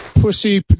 Pussy